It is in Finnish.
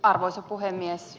arvoisa puhemies